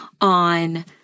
on